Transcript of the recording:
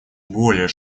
более